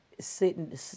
sitting